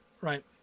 right